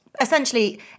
essentially